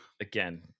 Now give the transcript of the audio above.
again